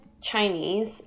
Chinese